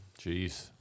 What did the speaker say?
Jeez